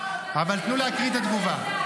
אבל תנו לי להקריא את התגובה.